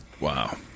Wow